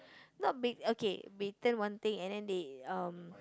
not ba~ okay baton one thing and then they um